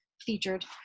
featured